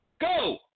go